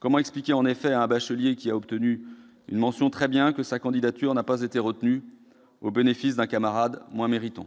Comment expliquer en effet à un bachelier ayant obtenu une mention « très bien » que sa candidature n'a pas été retenue, au bénéfice d'un camarade moins méritant ?